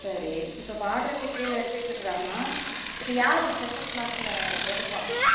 சரி இப்போ பார்டருக்கு கீழே எடுத்துக்கிட்டுருக்குறான்ன இப்போ யார் ஸ்பெஷல் கிளாஸில் எடுப்பாம்மா